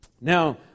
Now